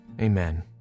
amen